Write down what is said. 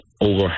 over